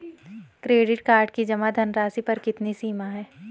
Credit card की जमा धनराशि पर कितनी सीमा है?